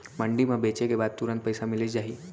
मंडी म बेचे के बाद तुरंत पइसा मिलिस जाही?